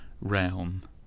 realm